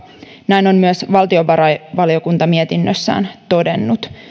näin on myös valtiovarainvaliokunta mietinnössään todennut